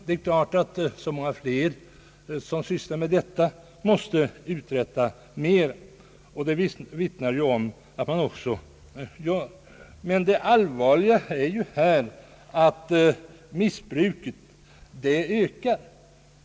Det är klart att när flera personer sysslar med detta så måste mera uträttas. Det är ju också omvittnat. Det allvarliga är dock att missbruket ökar.